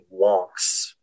wonks